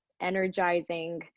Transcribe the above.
energizing